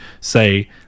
say